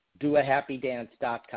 doahappydance.com